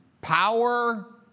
power